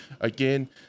Again